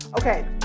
okay